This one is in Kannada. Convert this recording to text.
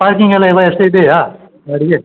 ಪಾರ್ಕಿಂಗೆಲ್ಲ ಎಲ್ಲ ಅಷ್ಟು ಇದೆಯಾ ಗಾಡಿಗೆ